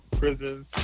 prisons